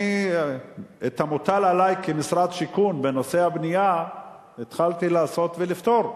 אני את המוטל עלי כמשרד שיכון בנושא הבנייה התחלתי לעשות ולפתור,